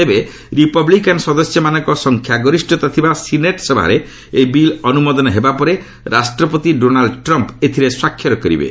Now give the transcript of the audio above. ତେବେ ରିପବ୍ଲିକାନ୍ ସଦସ୍ୟମାନଙ୍କ ସଂଖ୍ୟାଗରିଷତା ଥିବା ସିନେଟ୍ ସଭାରେ ଏହି ବିଲ୍ ଅନୁମୋଦନ ହେବା ପରେ ରାଷ୍ଟ୍ରପତି ଡୋନାଲ୍ଡ ଟ୍ରମ୍ପ୍ ଏଥିରେ ସ୍ପାକ୍ଷର କରିବେ